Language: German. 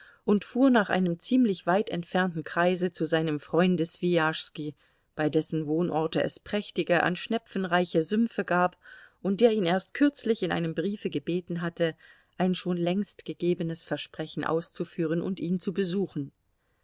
und fuhr nach einem ziemlich weit entfernten kreise zu seinem freunde swijaschski bei dessen wohnorte es prächtige an schnepfen reiche sümpfe gab und der ihn erst kürzlich in einem briefe gebeten hatte ein schon längst gegebenes versprechen auszuführen und ihn zu besuchen